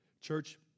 Church